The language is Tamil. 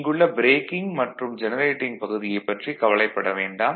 இங்குள்ள ப்ரேக்கிங் மற்றும் ஜெனரேட்டிங் பகுதியைப் பற்றி கவலைப் படவேண்டாம்